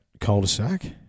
cul-de-sac